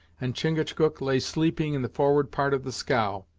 and chingachgook lay sleeping in the forward part of the scow.